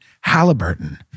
Halliburton